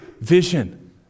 vision